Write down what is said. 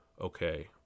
okay